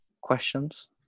questions